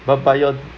but but your